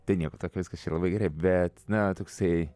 tai nieko viskas čia yra labai gerai bet na toksai